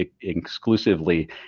exclusively